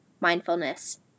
mindfulness